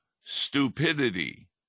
stupidity